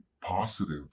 positive